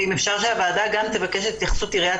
ואם אפשר שהוועדה גם תבקש את ההתייחסות של עיריית